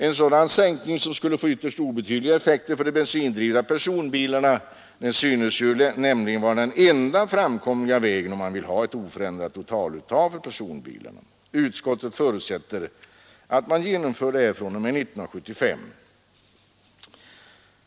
En sådan sänkning, som skulle få ytterst obetydliga effekter för de bensindrivna personbilarna, synes nämligen vara den enda framkomliga vägen om man vill ha ett oförändrat totaluttag för personbilarna. Utskottet förutsätter att man genomför dessa ändringar 1975.